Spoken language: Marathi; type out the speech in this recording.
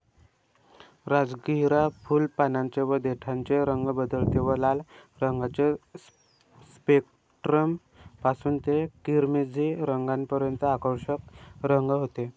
राजगिरा फुल, पानांचे व देठाचे रंग बदलते व लाल रंगाचे स्पेक्ट्रम पासून ते किरमिजी रंगापर्यंत आकर्षक रंग होते